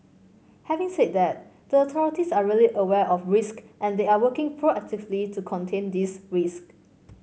having said that the authorities are really aware of risk and they are working proactively to contain these risk